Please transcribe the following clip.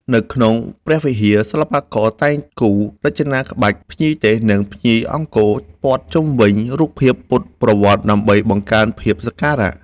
នៅក្នុងព្រះវិហារ សិល្បករតែងគូររចនាក្បាច់ភ្ញីទេស និងភ្ញីអង្គរព័ទ្ធជុំវិញរូបភាពពុទ្ធប្រវត្តិដើម្បីបង្កើនភាពសក្ការៈ។